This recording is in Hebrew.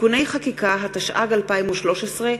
התשע"ג 2013,